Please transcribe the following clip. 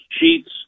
sheets